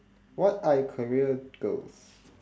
what are your career goals